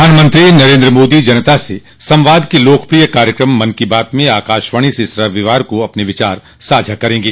प्रधानमंत्री नरेन्द्र मोदी जनता से संवाद के लोकप्रिय कार्यक्रम मन की बात में आकाशवाणी से इस रविवार को अपने विचार साझा करेंगे